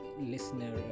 Listener